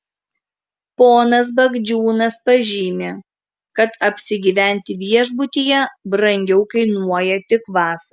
ponas bagdžiūnas pažymi kad apsigyventi viešbutyje brangiau kainuoja tik vasarą